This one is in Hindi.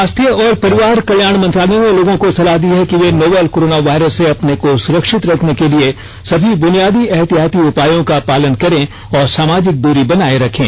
स्वास्थ्य और परिवार कल्याण मंत्रालय ने लोगों को सलाह दी है कि वे नोवल कोरोना वायरस से अपने को सुरक्षित रखने के लिए सभी बुनियादी एहतियाती उपायों का पालन करें और सामाजिक दूरी बनाए रखें